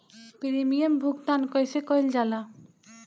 Premium भुगतान कइसे कइल जाला?